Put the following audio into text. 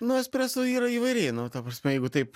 nu espreso yra įvairiai nu ta prasme jeigu taip